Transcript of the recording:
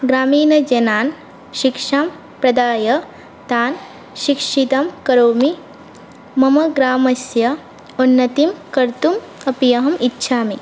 ग्रामीणजनान् शिक्षां प्रदाय तान् शिक्षितं करोमि मम ग्रामस्य उन्नतिं कर्तुम् अपि अहम् इच्छामि